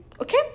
Okay